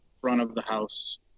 front-of-the-house